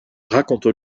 raconte